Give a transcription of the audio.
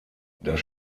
das